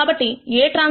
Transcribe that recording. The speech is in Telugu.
A మాతృక 1 0 2 0 3 1